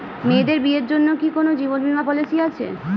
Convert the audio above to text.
মেয়েদের বিয়ের জন্য কি কোন জীবন বিমা পলিছি আছে?